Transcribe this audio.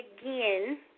again